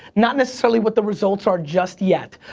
not necessarily what the results are just yet.